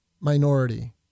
minority